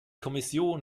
kommission